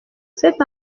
cet